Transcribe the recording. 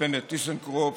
מספנת טיסנקרופ,